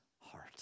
heart